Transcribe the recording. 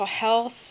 health